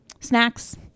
snacks